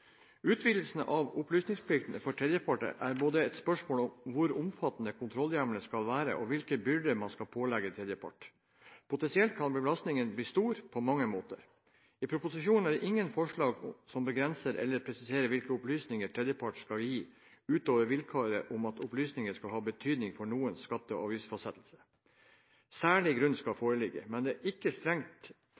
Utvidelsen av opplysningsplikten for tredjepart er et spørsmål både om hvor omfattende kontrollhjemlene skal være, og hvilken byrde man skal pålegge tredjepart. Potensielt kan belastningen bli stor, på mange måter. I proposisjonen er det ingen forslag som begrenser eller presiserer hvilke opplysninger tredjepart skal gi utover vilkåret om at opplysningene skal ha betydning for noens skatte- eller avgiftsfastsettelse. «Særlig grunn» skal foreligge, men er ikke